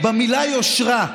במילה "יושרה".